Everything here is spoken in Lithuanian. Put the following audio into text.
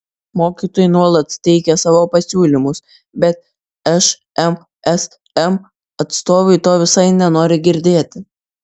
mokytojai nuolat teikia savo pasiūlymus bet šmsm atstovai to visai nenori girdėti